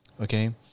okay